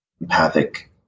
empathic